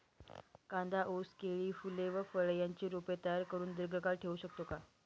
कांदा, ऊस, केळी, फूले व फळे यांची रोपे तयार करुन दिर्घकाळ ठेवू शकतो का?